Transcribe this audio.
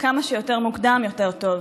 וכמה שיותר מוקדם יותר טוב,